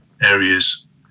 areas